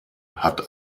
hat